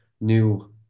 new